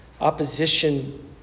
opposition